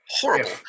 horrible